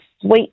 sweet